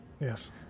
Yes